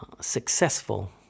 successful